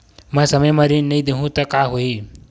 मैं समय म ऋण नहीं देहु त का होही